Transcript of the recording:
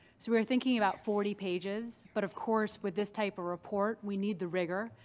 so we were thinking about forty pages, but of course, with this type of report we need the rigor.